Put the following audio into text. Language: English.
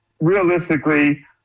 realistically